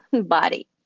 body